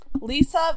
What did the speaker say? Lisa